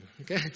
okay